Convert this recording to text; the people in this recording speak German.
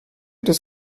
des